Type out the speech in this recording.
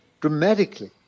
dramatically